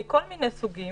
מכל מיני סוגים,